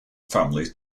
family